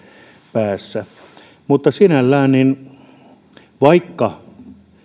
päässä mutta sinällään vaikka